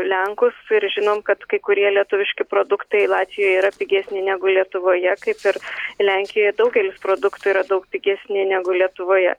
lenkus ir žinom kad kai kurie lietuviški produktai latvijoje yra pigesni negu lietuvoje kaip ir lenkijoje daugelis produktų yra daug pigesni negu lietuvoje